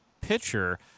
pitcher